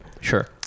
sure